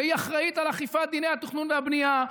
והיא אחראית לאכיפת דיני התכנון והבנייה,